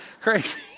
crazy